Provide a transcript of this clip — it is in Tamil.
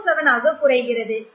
27 ஆக குறைகிறது